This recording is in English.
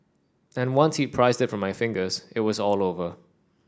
and once he prised it from my fingers it was all over